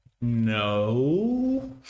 No